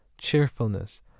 cheerfulness